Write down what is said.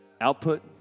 Output